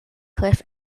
cliff